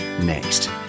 next